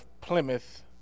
Plymouth